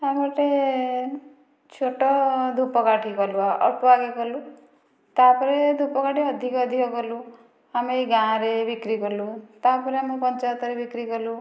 ଆଉ ଗୋଟେ ଛୋଟ ଧୂପକାଠି କଲୁ ଅଳ୍ପ ଆଗେ କଲୁ ତାପରେ ଧୂପକାଠି ଅଧିକ ଅଧିକ କଲୁ ଆମେ ଏଇ ଗାଁରେ ବିକ୍ରି କଲୁ ତାପରେ ଆମେ ପଞ୍ଚାୟତରେ ବିକ୍ରି କଲୁ